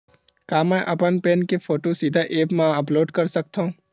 का मैं अपन पैन के फोटू सीधा ऐप मा अपलोड कर सकथव?